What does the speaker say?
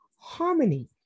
Harmony